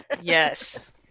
Yes